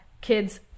kids